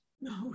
No